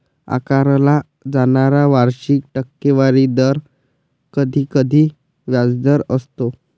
आकारला जाणारा वार्षिक टक्केवारी दर कधीकधी व्याजदर असतो